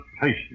patience